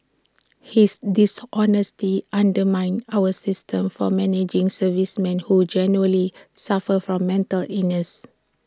his dishonesty undermines our system for managing servicemen who genuinely suffer from mental illness